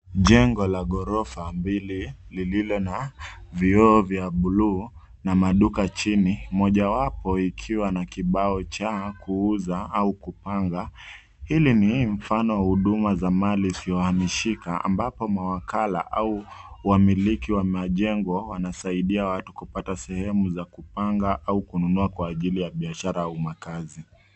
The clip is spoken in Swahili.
Jengo la ghorofa mbili lililo na vioo vya buluu na maduka chini, mojawapo ikiwa na kibao cha kuuza au kupanga. Hili ni mfano wa huduma za mali isiyohamishika ambapo mawakala au wamiliki wa majengo wanasaidia watu kupata sehemu za kupanga au kununua kwa ajili ya biashara au makaazi.